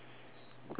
rich coach